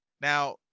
Now